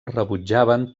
rebutjaven